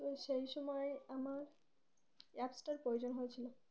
তো সেই সময় আমার অ্যাপসটার প্রয়োজন হয়েছিলো